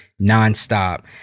Nonstop